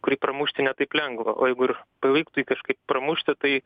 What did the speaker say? kurį pramušti ne taip lengva o jeigu ir pavyktų jį kažkaip pramušti tai